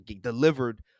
delivered